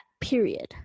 period